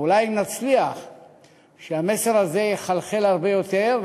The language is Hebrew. ואולי נצליח שהמסר הזה יחלחל הרבה יותר,